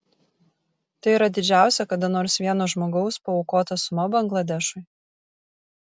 tai yra didžiausia kada nors vieno žmogaus paaukota suma bangladešui